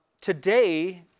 Today